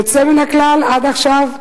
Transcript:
זה פטנט יוצא מן הכלל עד עכשיו.